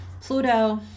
Pluto